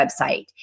website